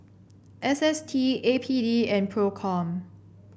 S S T A P D and Procom